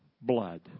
Blood